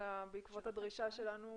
אלא בעקבות הדרישה שלנו